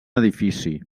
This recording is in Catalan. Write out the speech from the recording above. edifici